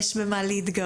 תודה